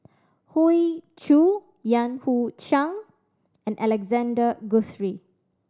Hoey Choo Yan Hui Chang and Alexander Guthrie